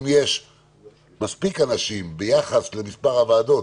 אם יש מספיק אנשים ביחס למספר הוועדות